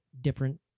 different